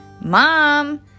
Mom